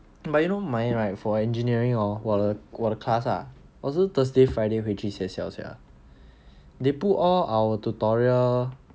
but you know mine right for engineering hor 我的我的 class ah also thursday friday 回去学校 sia they put all our tutorial